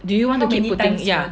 do you want to keep putting ya